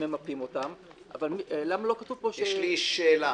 שממפים אותם, למה לא כתוב פה --- יש לי שאלה.